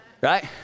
right